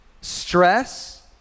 stress